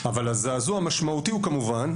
אבל הזעזוע המשמעותי הוא כמובן,